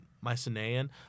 Mycenaean